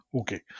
Okay